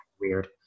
weird